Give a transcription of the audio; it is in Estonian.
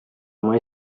oma